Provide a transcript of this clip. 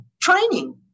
training